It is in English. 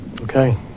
Okay